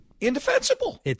indefensible